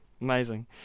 Amazing